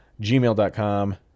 gmail.com